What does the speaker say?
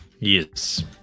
Yes